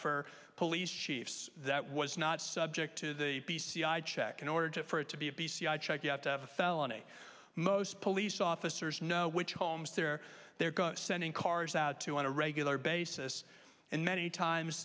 for police chiefs that was not subject to the p c i check in order to for it to be a p c i check you have to have a felony most police officers know which homes they're there to send in cars out to on a regular basis and many times